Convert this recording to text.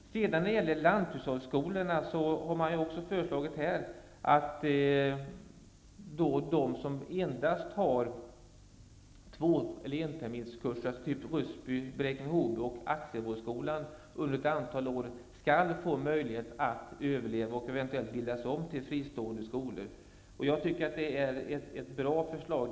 Det har föreslagits att de lanthushållsskolor som enbart har en eller tvåterminskurser, alltså skolor som Ryssby, Bräkne-Hoby och Axelwoldskolan, under ett antal år skall få möjlighet att överleva och eventuellt ombildas till fristående skolor. Jag tycker att det är ett bra förslag.